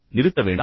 நிறுத்த வேண்டாம்